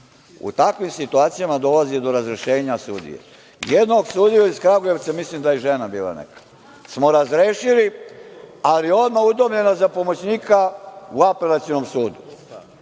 U takvim situacijama dolazi do razrešenja sudije. Jednog sudiju iz Kragujevca, mislim da je žena bila neka, smo razrešili, ali je udomljena za pomoćnika u Apelacionom sudu,